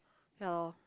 ya loh